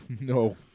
no